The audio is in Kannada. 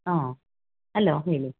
ಹ್ಞೂ ಹಲೋ ಹೇಳಿ